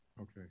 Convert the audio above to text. Okay